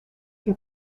che